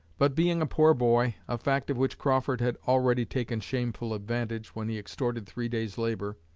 but being a poor boy, a fact of which crawford had already taken shameful advantage when he extorted three days' labor,